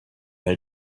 they